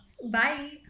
Bye